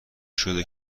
شده